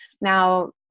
Now